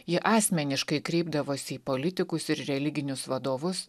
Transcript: ji asmeniškai kreipdavosi į politikus ir religinius vadovus